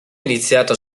iniziato